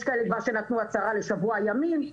יש כאלה שנתנו הצהרה לשבוע ימים.